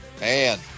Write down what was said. Man